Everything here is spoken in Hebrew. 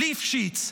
ליפשיץ,